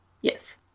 Yes